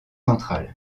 centrale